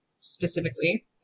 specifically